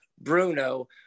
Bruno